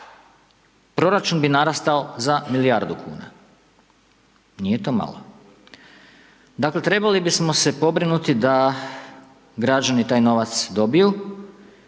Proračun bi narastao za milijardu kuna, nije to malo. Dakle, trebali bismo se pobrinuti da građani taj novac dobiju,